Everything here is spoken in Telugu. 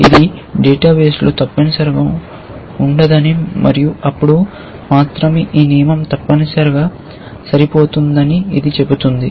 ఇది డేటాబేస్లో తప్పనిసరిగా ఉండదని మరియు అప్పుడు మాత్రమే ఈ నియమం తప్పనిసరిగా సరిపోతుందని ఇది చెబుతుంది